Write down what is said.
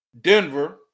Denver